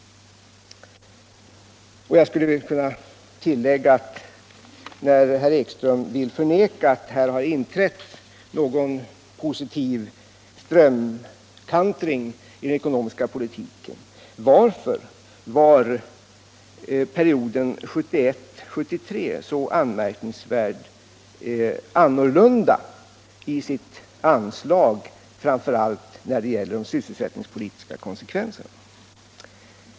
Och när herr Ekström vill förneka att här har inträtt någon positiv strömkantring i den ekonomiska politiken, så kan jag också fråga: Varför var perioden 1971-1973 så anmärkningsvärt annorlunda i sitt anslag, framför allt när det gäller de sysselsättningspolitiska åtgärderna.